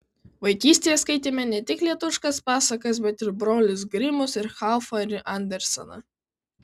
vaikystėje skaitėme ne tik lietuviškas pasakas bet ir brolius grimus ir haufą ir anderseną